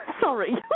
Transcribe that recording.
Sorry